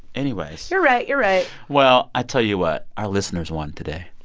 anyways. you're right. you're right well, i tell you what. our listeners won today.